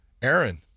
Aaron